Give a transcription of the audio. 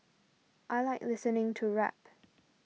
I like listening to rap